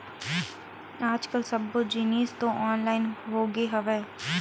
आज कल सब्बो जिनिस तो ऑनलाइन होगे हवय